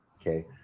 Okay